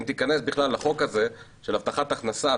אם תיכנס לחוק של הבטחת הכנסה,